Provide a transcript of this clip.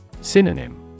Synonym